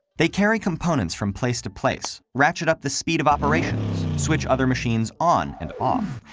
they carry components from place to place, ratchet up the speed of operations, switch other machines on and off,